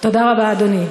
תודה רבה, אדוני.